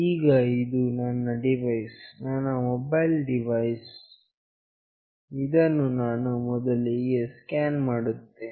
ಈಗ ಇದು ನನ್ನ ಡಿವೈಸ್ ಇದು ನನ್ನ ಮೊಬೈಲ್ ಡಿವೈಸ್ ಇದನ್ನು ನಾನು ಮೊದಲಿಗೆ ಸ್ಕ್ಯಾನ್ ಮಾಡುತ್ತೇನೆ